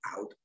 Out